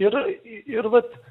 ir ir vat